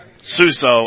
Suso